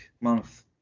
month